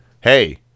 hey